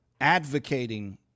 advocating